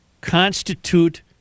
constitute